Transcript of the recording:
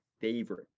favorite